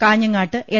കാഞ്ഞങ്ങാട്ട് എൽ